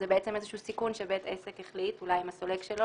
זה בעצם סיכון שבית עסק החליט אולי עם הסולק שלו